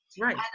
Right